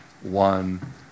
one